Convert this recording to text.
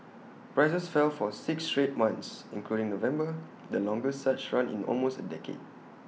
prices fell for six straight months including November the longest such run in almost A decade